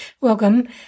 Welcome